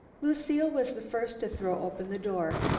lucile was the first to throw open the door.